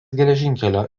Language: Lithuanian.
geležinkelio